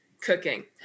cooking